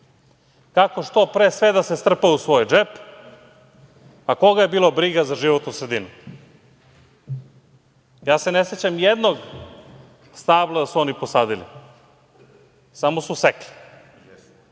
kako što pre sve da se strpa u svoj džep. a koga je bilo briga za životnu sredinu. Ne sećam se jednog stabla da su oni posadili, samo su sekli.